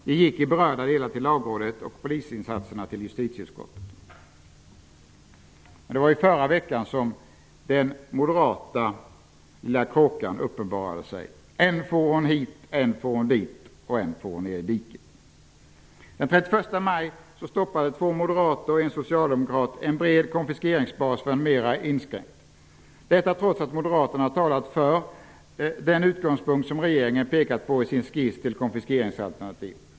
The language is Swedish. De gick i berörda delar till Lagrådet, medan polisinsatserna gick till justitieutskottet. I förra veckan uppenbarade sig den lilla moderata kråkan. Än for hon hit, än for hon dit och än for hon ner i diket. Den 31 maj stoppade två moderater och en socialdemokrat en bred konfiskeringsbas för en mer inskränkt -- detta trots att Moderaterna hade talat för den utgångspunkt som regeringen hade pekat på i sin skiss till konfiskeringsalternativ.